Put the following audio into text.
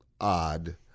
odd